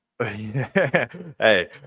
hey